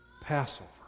Passover